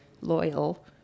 loyal